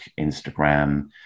Instagram